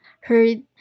heard